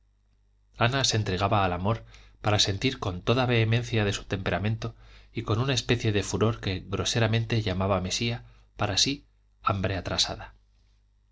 ana se entregaba al amor para sentir con toda la vehemencia de su temperamento y con una especie de furor que groseramente llamaba mesía para sí hambre atrasada